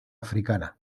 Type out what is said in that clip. africana